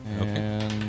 Okay